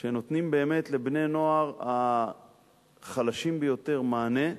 שנותנים באמת לבני-הנוער החלשים ביותר מענה,